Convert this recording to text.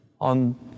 on